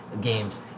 games